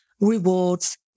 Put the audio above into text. rewards